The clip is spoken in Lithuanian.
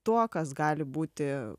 tuo kas gali būti